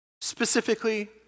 Specifically